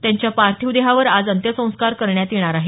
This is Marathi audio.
त्यांच्या पार्थिव देहावर आज अंत्यसंस्कार करण्यात येणार आहेत